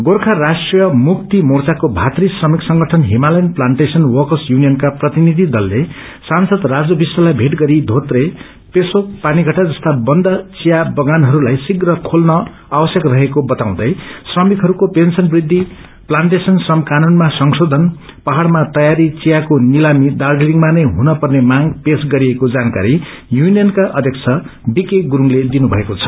गोखा राष्ट्रिय मुक्ति मोर्याको भातू श्रमिक संगठन हिमालयन प्लान्टेशन वक्तस युनियनका प्रतिनिधि दलले सांसद राजु विष्टलाई भोट गरि योत्रो पेशेक पानीष्ट्रा जस्ता बनद थिया बगानहयलाई शीप्र खोल्न आवश्यक रहेको बताउँदै श्रमिकहरूको पेन्सन वृखि प्लान्टेशन श्रम कानूनमा संश्रोधन पाह्यड़मा तैयारी चियाको निलामी दार्जीलिङमा नै हुन पर्ने मांग पेश गरिएको जानकारी युनियनका अध्यक्ष बीके गुरूङले दिनुथएको छ